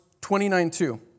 29.2